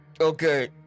Okay